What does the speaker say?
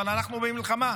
אבל אנחנו במלחמה.